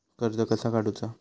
कर्ज कसा काडूचा?